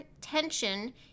tension